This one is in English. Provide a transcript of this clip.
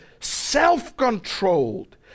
self-controlled